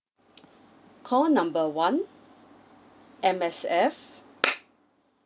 call number one M_S_F